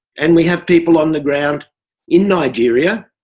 and we have people on the ground in nigeria.